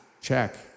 Check